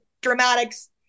dramatics